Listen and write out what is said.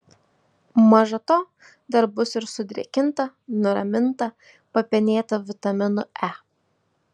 maža to dar bus ir sudrėkinta nuraminta papenėta vitaminu e